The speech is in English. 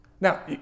Now